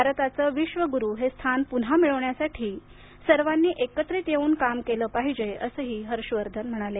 भारताचं विश्व गुरु हे स्थान पुन्हा मिळवण्यासाठी सर्वांनी केत्रित येऊन काम केलं पाहिजे असंही हर्ष वर्धन म्हणाले